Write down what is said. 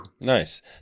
Nice